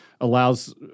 allows